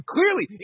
Clearly